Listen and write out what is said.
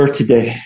today